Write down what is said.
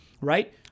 right